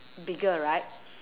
bigger right